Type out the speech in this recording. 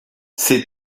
ces